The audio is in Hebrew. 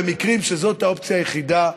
במקרים שזאת האופציה היחידה,